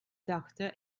doctor